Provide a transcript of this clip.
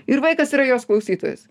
ir vaikas yra jos klausytojas